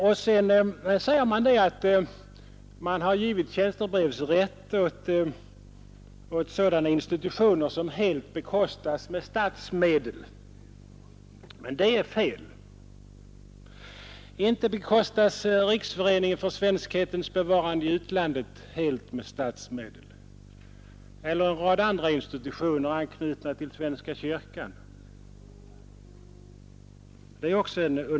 Sedan säger utskottet att man har givit tjänstebrevsrätt åt sådana institutioner som helt bekostas med statsmedel, men det är fel. Inte bekostas Riksföreningen för svenskhetens bevarande i utlandet helt med statsmedel. Så är heller inte fallet med en rad institutioner, anknutna till svenska kyrkan, vilka har tjänstebrevsrätt.